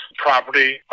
property